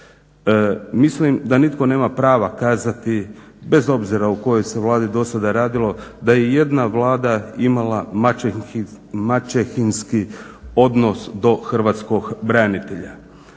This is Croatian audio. Mislim da nitko nema prava kazati, bez obzira o kojoj se Vladi do sada radilo, da je ijedna Vlada imala maćehinski odnos do hrvatskog branitelja.